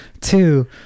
two